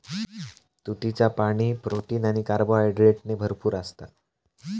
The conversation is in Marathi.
तुतीचा पाणी, प्रोटीन आणि कार्बोहायड्रेटने भरपूर असता